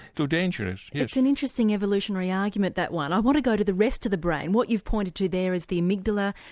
so dangerous, yes. yeah it's an interesting evolutionary argument that one. i want to go to the rest of the brain, what you've pointed to there is the amygdala,